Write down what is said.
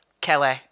Kelly